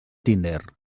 tinder